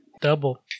Double